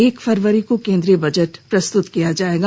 एक फरवरी को केन्द्रीय बजट प्रस्तुत किया जाएगा